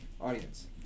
audience